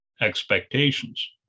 expectations